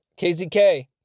KZK